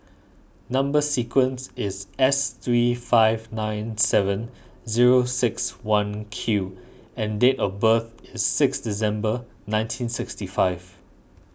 Number Sequence is S three five nine seven zero six one Q and date of birth is six December nineteen sixty five